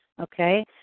okay